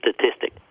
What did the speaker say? statistic